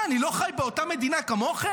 מה, אני לא חי באותה מדינה כמוכם?